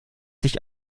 sich